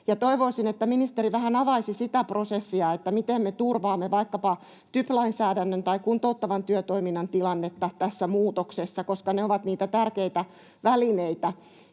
Toivoisin, että ministeri vähän avaisi sitä prosessia, miten me turvaamme vaikkapa TYP-lainsäädännön tai kuntouttavan työtoiminnan tilannetta tässä muutoksessa, koska ne ovat niitä tärkeitä välineitä,